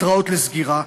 התראות לסגירה,